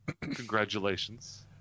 congratulations